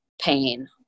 pain